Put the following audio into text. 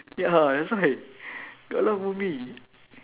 ya that's why got a lot movie